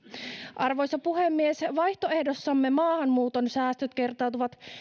arvoisa puhemies vaihtoehdossamme maahanmuuton säästöt kertautuvat